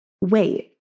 wait